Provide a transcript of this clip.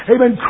Amen